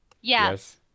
Yes